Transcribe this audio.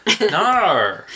No